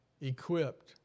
Equipped